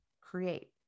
create